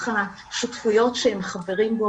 אני חושבת שחשוב שהם יקחו חלק בזה,